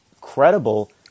credible